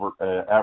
average